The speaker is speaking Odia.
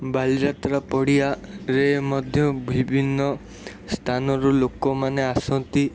ବାଲିଯାତ୍ରା ପଡ଼ିଆରେ ମଧ୍ୟ ବିଭିନ୍ନ ସ୍ଥାନର ଲୋକମାନେ ଆସନ୍ତି